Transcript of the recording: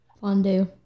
Fondue